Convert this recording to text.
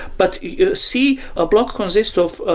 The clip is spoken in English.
but, yeah see? a block consists of, ah